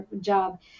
job